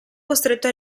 costretto